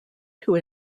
two